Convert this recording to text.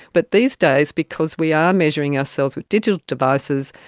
but these days because we are measuring ourselves with digital devices,